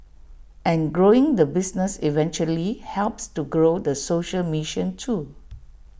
and growing the business eventually helps to grow the social mission too